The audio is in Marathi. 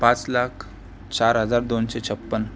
पाच लाख चार हजार दोनशे छप्पन्न